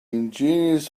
ingenious